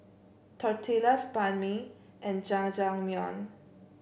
Tortillas Banh Mi and Jajangmyeon